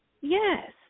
Yes